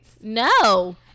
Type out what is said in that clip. No